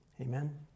Amen